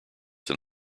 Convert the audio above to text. than